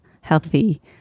healthy